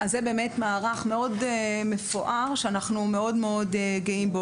זה מערך מפואר שאנחנו גאים בו.